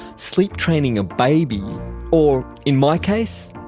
sleep-training a baby or, in my case,